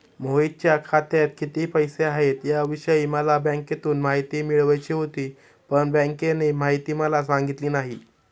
मोहितच्या खात्यात किती पैसे आहेत याविषयी मला बँकेतून माहिती मिळवायची होती, पण बँकेने माहिती मला सांगितली नाही